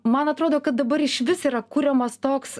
man atrodo kad dabar išvis yra kuriamas toks